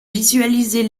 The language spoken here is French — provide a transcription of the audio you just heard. visualiser